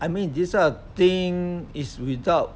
I mean this kind of thing is without